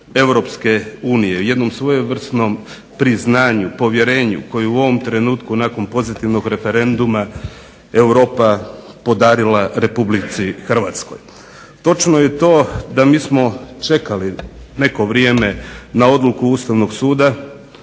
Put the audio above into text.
Europske unije, jednom svojevrsnom priznanju, povjerenju koji u ovom trenutku nakon pozitivnog referenduma Europa podarila Republici Hrvatskoj. Točno je to da mi smo čekali neko vrijeme na odluku Ustavnog suda.